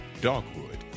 Dogwood